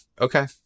okay